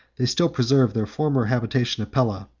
they still preserved their former habitation of pella,